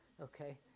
Okay